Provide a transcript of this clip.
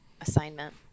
assignment